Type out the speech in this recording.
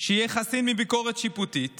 שיהיה חסין מביקורת שיפוטית